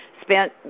spent –